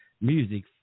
music